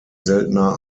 seltener